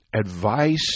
advice